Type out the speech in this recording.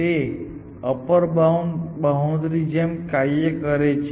તેથી upper bound બાઉન્ડ્રીની જેમ કાર્ય કરે છે